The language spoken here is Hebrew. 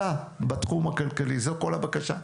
די, די, בבקשה.